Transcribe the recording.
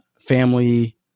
family